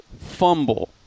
fumble